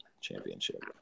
championship